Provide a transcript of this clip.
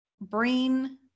brain